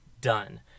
done